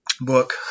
book